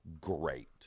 great